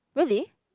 really